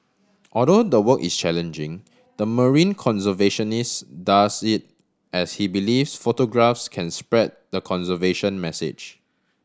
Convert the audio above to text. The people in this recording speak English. although the work is challenging the marine conservationist does it as he believes photographs can spread the conservation message